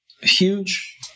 huge